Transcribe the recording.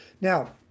Now